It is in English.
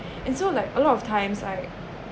and so like a lot of times I